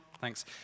thanks